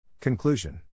Conclusion